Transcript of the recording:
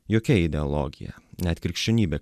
jokia ideologija net krikščionybė